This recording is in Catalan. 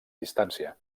distància